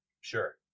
sure